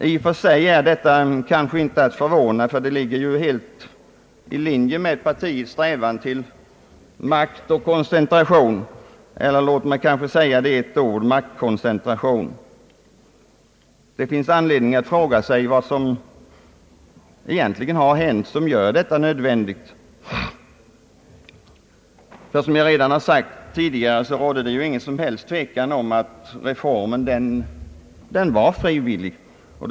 I och för sig är detta kanske inte att förvåna, eftersom det ligger helt i linje med partiets strävan till makt och koncentration eller, låt mig säga det i ett ord, maktkoncentration. Det finns anledning att fråga sig vad som egentligen hänt som gör vad som här föreslås nödvändigt. Som jag redan tidigare sagt råder nämligen inget som helst tvivel om att reformen 1962 byggde på frivillighet.